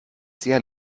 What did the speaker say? sehr